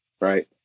right